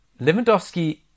Lewandowski